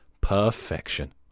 Perfection